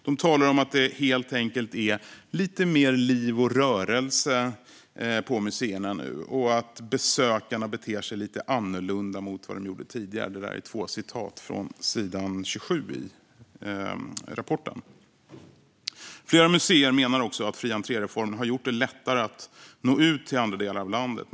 Museerna säger också att det är lite mer liv och rörelse nu och att besökarna beter sig lite annorlunda mot vad de gjorde tidigare. Flera museer menar också att fri entré-reformen har gjort det lättare att nå ut till andra delar av landet.